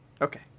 Okay